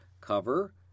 Cover